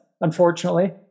unfortunately